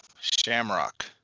Shamrock